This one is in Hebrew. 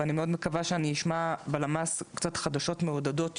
ואני מאוד מקווה שאני אשמע מהם קצת חדשות מעודדות יותר,